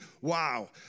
wow